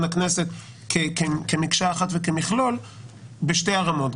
הכנסת כמקשה אחת וכמכלול בשתי הרמות,